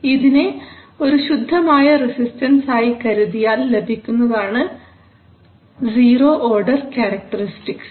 ഇതിനെ ഒരു ശുദ്ധമായ റെസിസ്റ്റൻസ് ആയി കരുതിയാൽ ലഭിക്കുന്നതാണ് സീറോ ഓർഡർ ക്യാരക്ടറിസ്റ്റിക്സ്